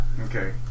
Okay